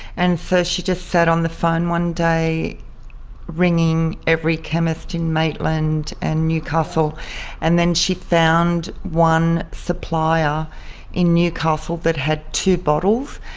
and so she just sat on the phone one day ringing every chemist in maitland and newcastle and then she found one supplier in newcastle that had two bottles.